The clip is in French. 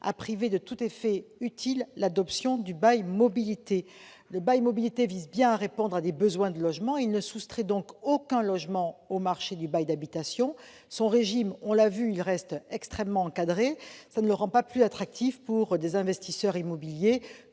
à priver de tout effet utile l'adoption du bail mobilité. Le bail mobilité vise à répondre à des besoins de logement ; il ne soustrait donc aucun logement au marché du bail d'habitation. Son régime très encadré ne le rend pas plus attractif pour des investisseurs immobiliers